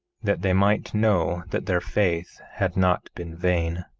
that they might know that their faith had not been vain.